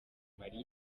mali